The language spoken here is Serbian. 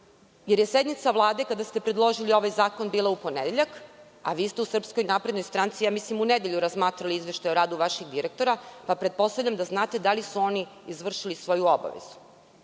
jer je sednica Vlade kada ste predložili ovaj zakon bila u ponedeljak, a vi ste u SNS mislim u nedelju razmatrali izveštaj o radu vaših direktora, pa pretpostavljam da znate da li su oni izvršili svoju obavezu?